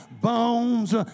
bones